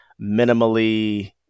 minimally